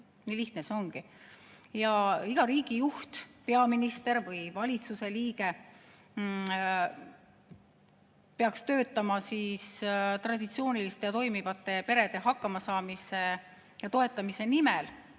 lihtne see ongi. Iga riigijuht, peaminister või valitsuse liige, peaks töötama traditsiooniliste ja toimivate perede hakkamasaamise ja toetamise nimel,